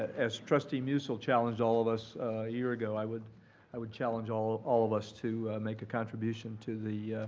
as trustee musil challenged all of us a year ago, i would i would challenge all all of us to make a contribution to the